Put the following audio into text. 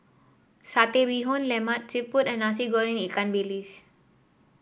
Satay Bee Hoon Lemak Siput and Nasi Goreng Ikan Bilis